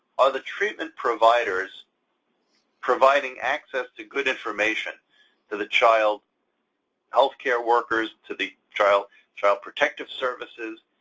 are the treatment providers providing access to good information to the child healthcare workers, to the child child protective services?